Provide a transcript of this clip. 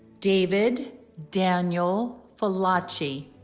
david daniel failacci